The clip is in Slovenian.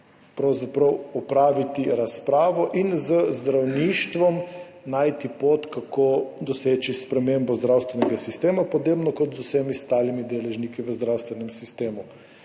o tem opraviti razpravo in z zdravništvom najti pot, kako doseči spremembo zdravstvenega sistema, podobno kot z vsemi ostalimi deležniki v zdravstvenem sistemu.